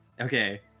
okay